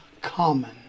common